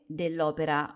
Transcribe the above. dell'opera